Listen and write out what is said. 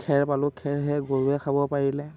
খেৰ পালোঁ খেৰ সেই গৰুৱে খাব পাৰিলে